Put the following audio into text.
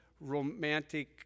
romantic